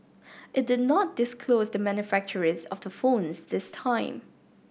it did not disclose the manufacturers of the phones this time